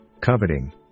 coveting